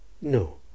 No